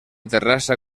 terrassa